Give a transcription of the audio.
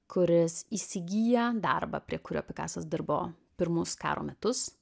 kuris įsigyja darbą prie kurio pikasas dirbo pirmus karo metus